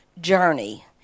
journey